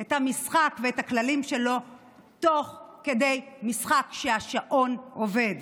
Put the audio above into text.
את המשחק ואת הכללים שלו תוך כדי משחק כשהשעון עובד.